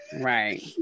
Right